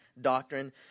doctrine